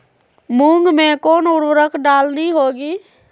मूंग में कौन उर्वरक डालनी होगी?